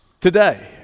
today